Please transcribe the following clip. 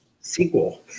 sequel